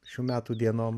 šių metų dienom